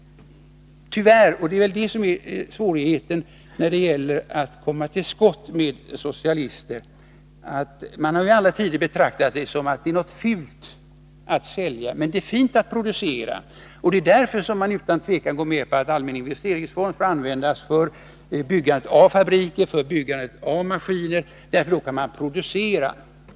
Tyvärr — det är svårigheten när det gäller att komma till skott med socialister — har man i alla tider betraktat det som något fult att sälja, medan Nr 52 det däremot skulle vara fint att producera. Det är därför som man utan att tveka går med på att allmänna investeringsfonden får användas för byggande av fabriker och maskiner — då kan man ju producera.